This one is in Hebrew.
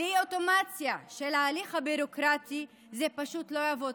בלי אוטומציה של ההליך הביורוקרטי זה פשוט לא יעבוד.